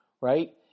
right